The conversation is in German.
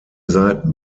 seiten